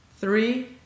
three